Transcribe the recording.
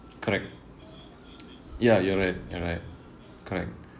correct ya correct correct correct